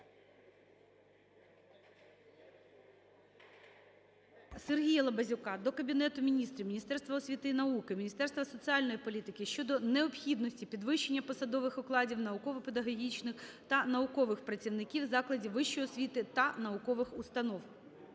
Сергія Лабазюка до Кабінету Міністрів, Міністерства освіти і науки, Міністерства соціальної політики щодо необхідності підвищення посадових окладів науково-педагогічних та наукових працівників закладів вищої освіти та наукових установ.